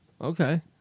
Okay